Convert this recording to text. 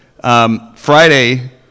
Friday